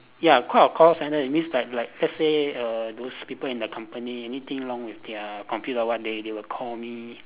ya called a call centre it means like like let's say err those people in the company anything wrong with their computer or what they they will call me